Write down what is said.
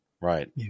Right